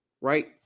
right